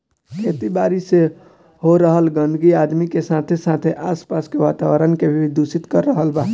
खेती बारी से हो रहल गंदगी आदमी के साथे साथे आस पास के वातावरण के भी दूषित कर रहल बा